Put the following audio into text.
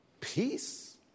peace